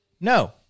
No